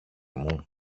μου